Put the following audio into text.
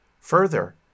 Further